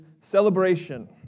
celebration